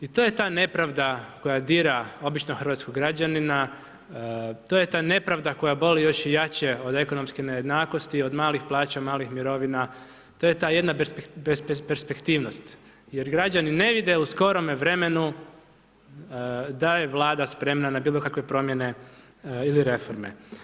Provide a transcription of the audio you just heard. I to je ta nepravda koja dira običnog hrvatskog građanina, to je ta nepravda koja boli još i jače od ekonomske nejednakosti, od malih plaća, malih mirovina, to je ta jedna perspektivnost jer građani ne vide u skorome vremenu da je Vlada sprema na bilokakve promjene ili reforme.